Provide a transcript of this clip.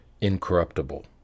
incorruptible